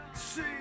See